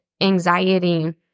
anxiety